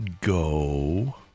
go